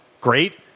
great